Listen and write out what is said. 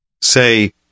say